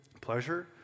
Pleasure